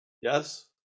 yes